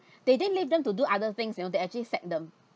they didn't leave them to do other things you know they actually set them